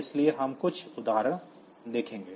इसलिए हम कुछ उदाहरण देखेंगे